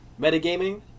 metagaming